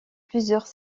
plusieurs